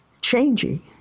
changing